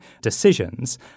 decisions